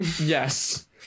Yes